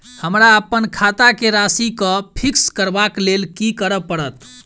हमरा अप्पन खाता केँ राशि कऽ फिक्स करबाक लेल की करऽ पड़त?